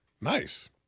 Nice